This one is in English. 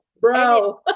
bro